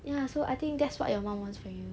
ya so I think that's what your mom wants for you